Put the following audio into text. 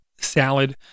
salad